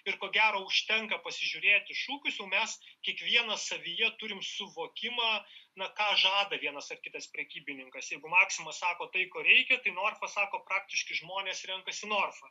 ir ko gero užtenka pasižiūrėti šūkius o mes kiekvienas savyje turim suvokimą ką žada vienas ar kitas prekybininkas jeigu maxima sako tai ko reikia tai norfa sako praktiški žmonės renkasi norfą